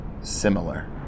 similar